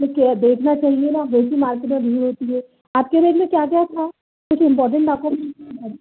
ठीक है देखना चाहिए ना वैसी मार्केट में भीड़ होती है आपके बैग में क्या क्या था कुछ इम्पौटेंट डौकुमेंट्स थे क्या